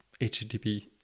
HTTP